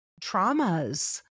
traumas